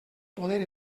poder